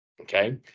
Okay